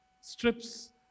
strips